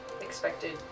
expected